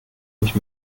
nicht